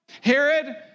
Herod